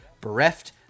Bereft